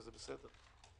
וזה בסדר.